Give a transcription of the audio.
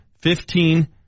fifteen